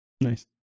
Nice